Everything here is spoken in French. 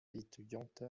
étudiante